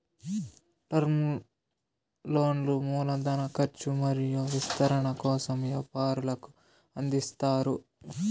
term లోన్లు మూల ధన కర్చు మరియు విస్తరణ కోసం వ్యాపారులకు అందిస్తారు